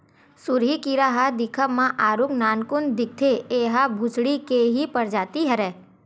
सुरही कीरा ह दिखब म आरुग नानकुन दिखथे, ऐहा भूसड़ी के ही परजाति हरय